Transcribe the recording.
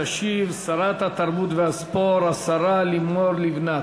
תשיב שרת התרבות והספורט, השרה לימור לבנת.